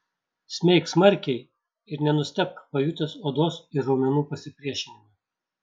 smeik smarkiai ir nenustebk pajutęs odos ir raumenų pasipriešinimą